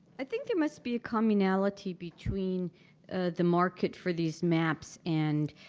i think it must be a commonality between the market for these maps and